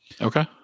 Okay